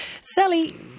Sally